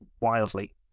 wildly